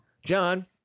John